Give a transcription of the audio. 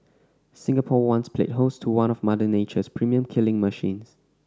Singapore once played host to one of Mother Nature's premium killing machines